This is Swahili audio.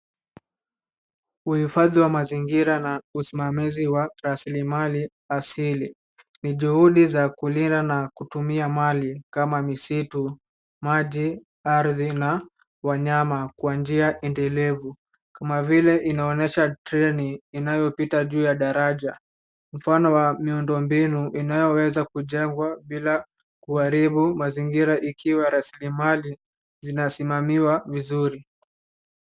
Uhifadhi wa mazingira na usimamizi warisilimali asili, ni juhudi za kulinda na kutumia mali kama misitu, maji, ardhi na wanyama kwa njia endelevu kama vile inaonyesha treni inayopita juu daraja, mfano wa miundombinu inayoweza kujengwa bila kuharibu mazingira ikiwa rasilimali zinasimamiwa vizuri.